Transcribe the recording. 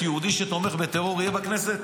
יהודי שתומך בטרור יהיה בכנסת?